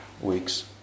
weeks